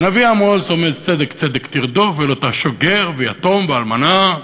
והנביא עמוס אומר: צדק צדק תרדוף ולא תעשוק גר ויתום ואלמנה,